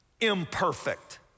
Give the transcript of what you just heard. imperfect